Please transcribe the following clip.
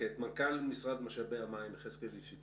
מנכ"ל משרד משאבי המים, יחזקאל ליפשיץ,